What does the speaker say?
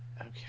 Okay